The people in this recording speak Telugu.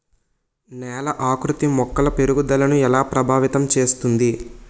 నేల ఆకృతి మొక్కల పెరుగుదలను ఎలా ప్రభావితం చేస్తుంది?